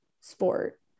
sport